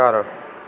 ਘਰ